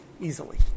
easily